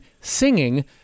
singing